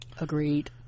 agreed